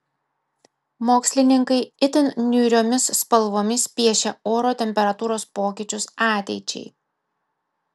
mokslininkai itin niūriomis spalvomis piešia oro temperatūros pokyčius ateičiai